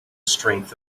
strength